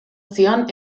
zion